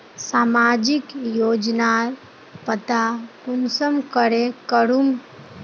सामाजिक योजनार पता कुंसम करे करूम?